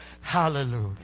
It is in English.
Hallelujah